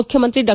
ಮುಖ್ಯಮಂತ್ರಿ ಡಾ